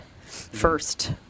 first